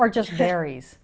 or just varies